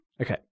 Okay